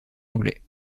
anglais